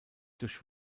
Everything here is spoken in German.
durch